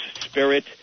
spirit